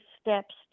steps